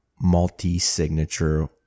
multi-signature